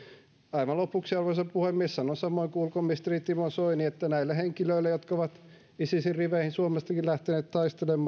aivan lopuksi arvoisa puhemies sanon samaa kuin ulkoministeri timo soini että näille henkilöille jotka ovat isisin riveihin lähteneet taistelemaan